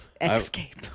Escape